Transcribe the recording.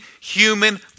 human